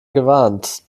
gewarnt